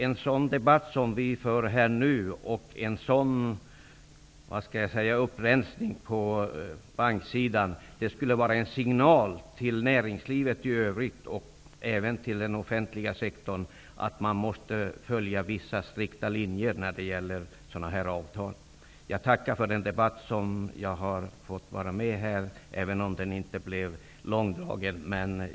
En sådan debatt som vi för här nu och en sådan upprensning på banksidan skulle vara en signal till näringslivet i övrigt och även till den offentliga sektorn att man måste följa vissa strikta linjer när det gäller dessa avtal. Jag tackar för den debatt som vi haft här, även om den inte blev långdragen.